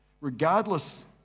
regardless